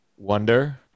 Wonder